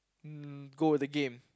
um go the game